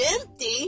empty